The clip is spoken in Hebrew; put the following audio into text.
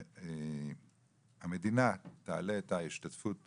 המדינה תעלה את ההשתתפות